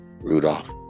Rudolph